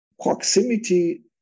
proximity